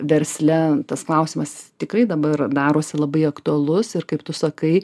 versle tas klausimas tikrai dabar darosi labai aktualus ir kaip tu sakai